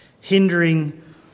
hindering